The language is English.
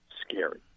scary